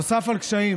נוסף על קשיים